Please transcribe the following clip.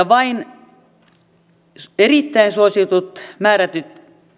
vain erittäin suosittujen määrättyjen